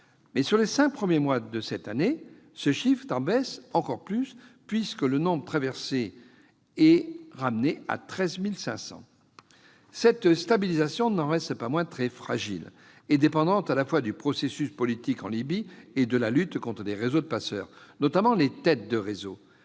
000. Sur les cinq premiers mois de cette année, ce chiffre tend à baisser encore plus, puisque le nombre de traversées a été ramené à 13 500. Cette stabilisation n'en reste pas moins très fragile et dépendante, à la fois, du processus politique en Libye et de la lutte contre les réseaux de passeurs, notamment les têtes de réseaux.